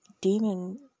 Demon